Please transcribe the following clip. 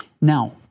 Now